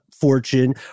fortune